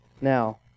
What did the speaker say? Now